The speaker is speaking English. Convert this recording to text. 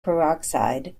peroxide